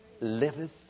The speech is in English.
liveth